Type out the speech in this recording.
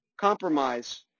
compromise